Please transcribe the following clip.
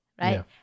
right